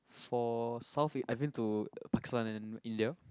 for South I went to Pakistan and India